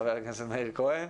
חבר הכנסת מאיר כהן.